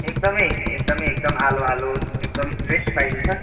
एकदमै एकदमै आलो आलो एकदम फ्रेस पाइन्छ